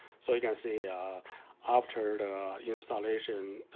so you can see after the installation,